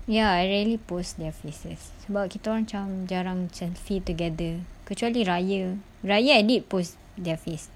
ya I rarely post their faces sebab kitaorang macam jarang macam see together kecuali raya raya I did post their face